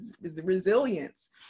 resilience